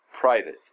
private